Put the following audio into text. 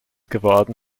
geworden